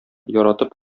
яратып